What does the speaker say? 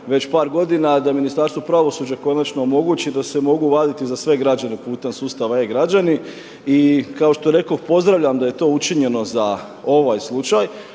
već par godina da Ministarstvo pravosuđa konačno omogući da se mogu vaditi za sve građane putem sustava e-Građani i kao što rekoh pozdravljam da je to učinjeno za ovaj slučaj.